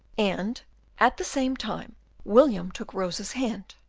and at the same time william took rosa's hand,